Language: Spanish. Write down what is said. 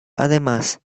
además